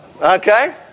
Okay